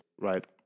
right